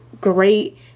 great